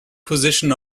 position